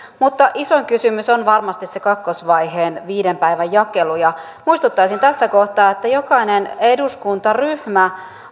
mutta isoin kysymys on varmasti se kakkosvaiheen viiden päivän jakelu muistuttaisin tässä kohtaa että jokainen eduskuntaryhmä